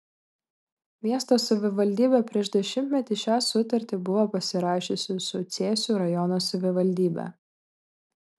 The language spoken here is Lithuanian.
miesto savivaldybė prieš dešimtmetį šią sutartį buvo pasirašiusi su cėsių rajono savivaldybe